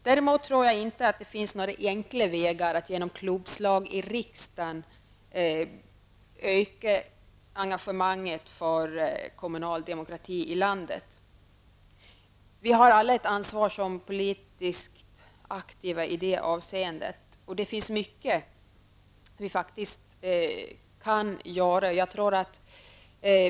Däremot tror jag inte att det finns några enkla vägar att, genom klubbslag i riksdagen, öka engagemanget för kommunal demokrati i landet. Som politiskt aktiva har vi alla ett ansvar i detta avseende och det finns mycket som vi faktiskt kan göra.